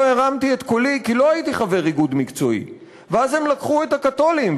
הרמתי את קולי/ כי לא הייתי חבר איגוד מקצועי.// ואז הם לקחו את הקתולים/